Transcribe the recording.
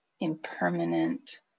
impermanent